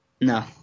No